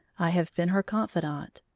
i have been her confidante,